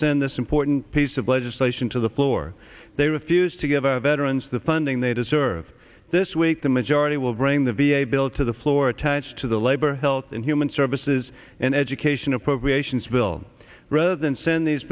send this important piece of legislation to the floor they refuse to give our veterans the funding they deserve this week the majority will bring the v a bill to the floor attached to the labor health and human services and education appropriations bill rather than send these